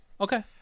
Okay